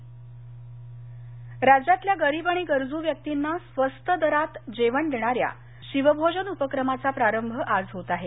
शिवभोजन राज्यातल्या गरीब आणि गरजू व्यक्तींना स्वस्त दरात जेवण देणाऱ्या शिवभोजन उपक्रमाचा प्रारंभ आज होत आहे